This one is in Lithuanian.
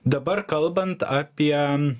dabar kalbant apie